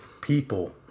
people